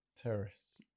Terrorists